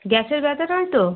গ্যাসের ব্যাথা নয় তো